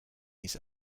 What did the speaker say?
his